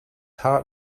heart